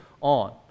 on